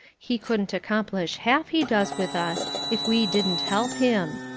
he couldn't accomplish half he does with us if we didn't help him.